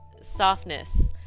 softness